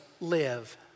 live